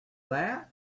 that